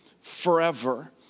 forever